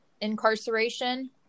incarceration